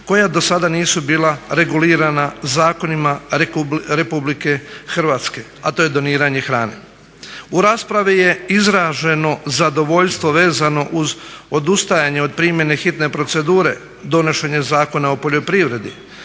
koja do sada nisu bila regulirana zakonima Republike Hrvatske a to je doniranje hrane. U raspravi je izraženo zadovoljstvo vezano uz odustajanje od primjene hitne procedure donošenje Zakona o poljoprivredi.